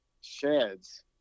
sheds